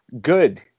Good